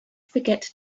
forget